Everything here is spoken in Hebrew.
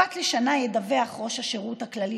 אחת לשנה ידווח ראש שירות הביטחון הכללי